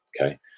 Okay